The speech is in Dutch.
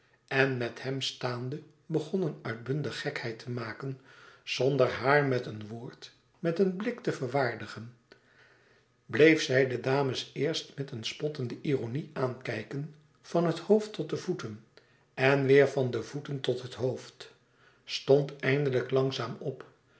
en met hem staande begonnen uitbundig gekheid te maken zonder haar met een woord met een blik te verwaardigen bleef zij de dames eerst met een spottende ironie aankijken van het hoofd tot de voeten en weêr van de voeten tot het hoofd stond eindelijk langzaam op